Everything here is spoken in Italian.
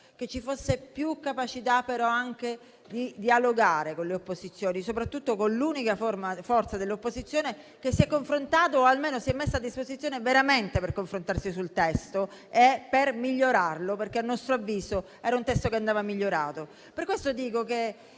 che ci fosse più capacità, però, anche di dialogare con le opposizioni, soprattutto con l'unica forza dell'opposizione che si è confrontata, o almeno si è messa a disposizione veramente - per farlo - per confrontarsi sul testo e migliorarlo, perché, a nostro avviso, era un testo che andava migliorato. Per questo dico che